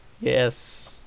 Yes